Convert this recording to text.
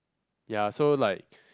ya so like